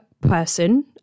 person